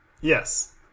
Yes